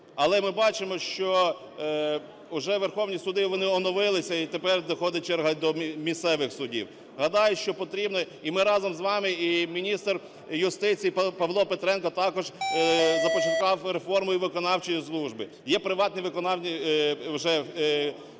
Але ми бачимо, що вже верховні суди, вони оновилися і тепер доходить черга і до місцевих судів. Гадаю, що потрібно. І ми разом з вами і міністр юстиції Павло Петренко також започаткував реформу і виконавчої служби. Є приватні вже